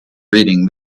reading